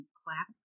clap